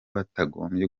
batagombye